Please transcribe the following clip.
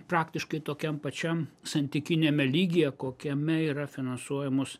praktiškai tokiam pačiam santykiniame lygyje kokiame yra finansuojamos